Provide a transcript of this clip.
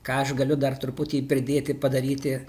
ką aš galiu dar truputį pridėti padaryti